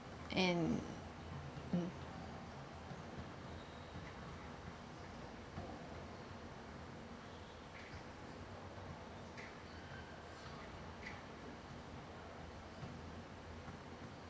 and mm